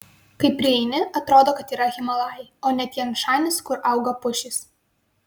kai prieini atrodo kad yra himalajai o ne tian šanis kur auga pušys